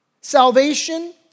salvation